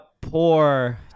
poor